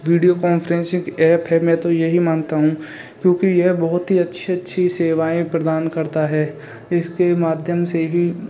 video conferencing app है मैं तो यही मानता हूँ क्योंकि यर बहुत अच्छी अच्छी सेवाएं प्रदान करता है इसके माध्यम से ही